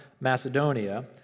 macedonia